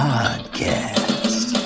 Podcast